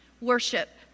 Worship